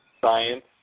Science